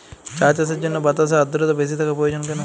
চা চাষের জন্য বাতাসে আর্দ্রতা বেশি থাকা প্রয়োজন কেন?